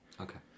Okay